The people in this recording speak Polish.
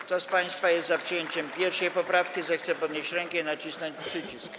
Kto z państwa jest za przyjęciem 1. poprawki, zechce podnieść rękę i nacisnąć przycisk.